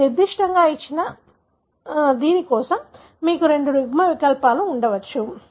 మీరు గరిష్టంగా ఇచ్చిన లోకీ కోసం మీకు రెండు యుగ్మవికల్పాలు ఉండవచ్చు